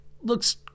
Looks